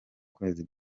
kwezi